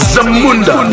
Zamunda